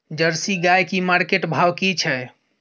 Jersey गाय की market भाव की छै?